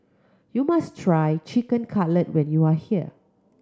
you must try Chicken Cutlet when you are here